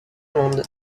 monde